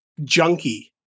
junky